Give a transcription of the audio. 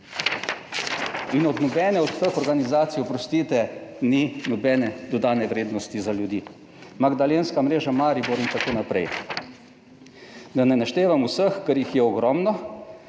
In od nobene od teh organizacij, oprostite, ni nobene dodane vrednosti za ljudi. Magdalenska mreža Maribor in tako naprej, da ne naštevam vseh, ker jih je ogromno